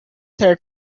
third